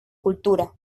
cultura